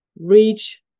reach